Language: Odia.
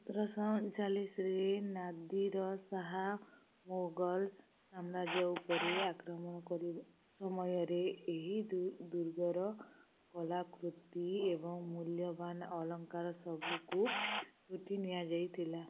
ସତର ଶହ ଅନ୍ଚାଲିଶ୍ରେ ନାଦିର୍ ଶାହା ମୋଗଲ୍ ସାମ୍ରାଜ୍ୟ ଉପରେ ଆକ୍ରମଣ କରିବା ସମୟରେ ଏହି ଦୁର୍ଗର କଲାକୃତି ଏବଂ ମୂଲ୍ୟବାନ୍ ଅଲଙ୍କାର ସବୁକୁ ଲୁଟି ନିଆଯାଇଥିଲା